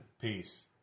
Peace